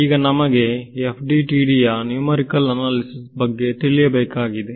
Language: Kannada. ಈಗ ನಮಗೆ FDTD ಯ ನ್ಯೂಮರಿಕಲ್ ಅನಾಲಿಸಿಸ್ ತಿಳಿಯಬೇಕಿದೆ